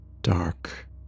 dark